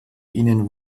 ihnen